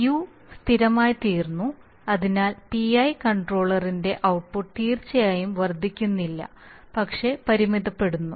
u സ്ഥിരമായിത്തീരുന്നു അതിനാൽ PI കൺട്രോളറിന്റെ ഔട്ട്പുട്ട് തീർച്ചയായും വർദ്ധിക്കുന്നില്ല പക്ഷേ പരിമിതപ്പെടുന്നു